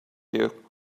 you